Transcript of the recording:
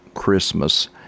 Christmas